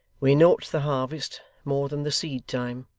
we note the harvest more than the seed-time.